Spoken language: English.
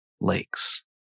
lakes